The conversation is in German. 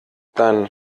dann